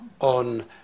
on